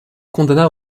condamna